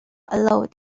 allowed